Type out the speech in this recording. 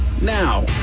now